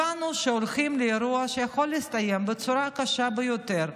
הבנו שהולכים לאירוע שיכול להסתיים בצורה הקשה ביותר,